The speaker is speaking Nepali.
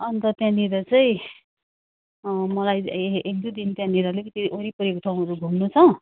अन्त त्यहाँनिर चाहिँ मलाई एक दुई दिन त्यहाँनिर अलिकति वरिपरिको ठाउँहरू घुम्नु छ